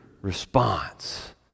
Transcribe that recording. response